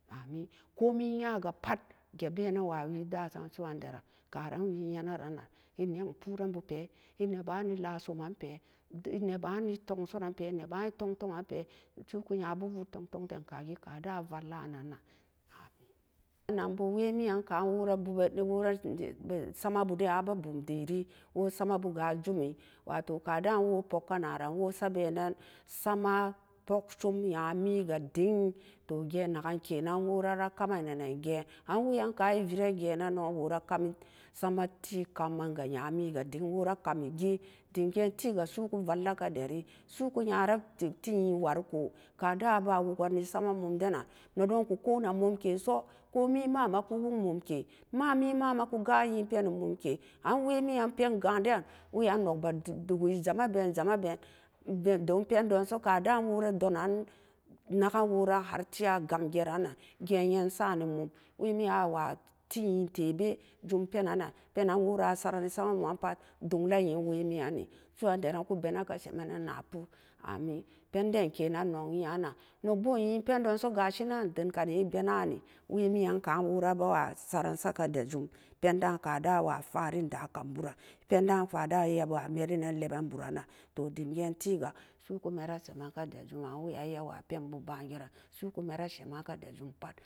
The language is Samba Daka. Amin ko men nya ga pat gee bee ni wa wee dasam su'uandaran ka ran wee yee nan-nan nan ai nok poo ren bu pee e nee ba e la soman pee e nee ba e tog-tog an pee su'u ku nyabu woo tog-tog den ka kee ka den ma valla na nan amin, anan boo wee mi'an kan wora sama bu den a bee bum deree woo sama bu ga a jumi wato ka da wora puk ka na ran woo sa bee nen sama pok som nyami ga ding toh dem gee tee ga nakken kenan woora a ka men gee nen geen an wee'an ka'an ai vera geen nen e no wora ka mi tee wora kami gee dem gen tee ga su'u ku valla ka dari su'u ku nyara tit ye'an wariko ka den a ba woo kene sama mum den na nédon ku ko nen mum kee so ko mi ma-maa ku wu'uk mum kee ma mi ma ma ku gam ku yi mum kee an wee mi yan pen ga'an den we'an nog gan jee mee been e jee meen been don pen don so ka ran woora a gam jee ran nan gee yan sa ne mum wee mi'an a waa tee yi'an tee bee jum pee nan-nan pee nan wora a saram née sama mum man pat doug la an wee mi'an nee su'u andarak ku bena ka semen nee na poo amin, peen den kenan nog ye'an nan nog boo e yeen pen don so ga shi nan e dang kari e bee na ni wee mi'an ka'n. Wora a bewa saren sa ka'ajum pen da ka daa wa faree da kan bu ran pen da waa fadee ne leben buran nan toh dim ge'en tee ga su'u ku meera semen ka dari kan woo wa pen boo bangeren nan sukuma rashin maka pat